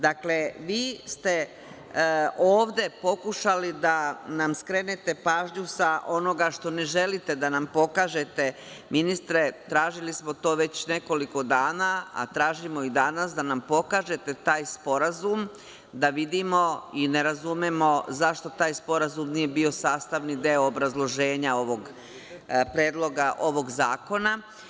Dakle, vi ste ovde pokušali da nam skrenete pažnju sa onoga što ne želite da nam pokažete ministre, tražili smo to već nekoliko dana, a tražimo i danas da nam pokažete taj sporazum da vidimo i ne razumemo zašto taj sporazum nije bio sastavni deo obrazloženja ovog predloga ovog zakona.